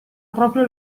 proprio